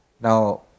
Now